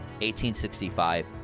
1865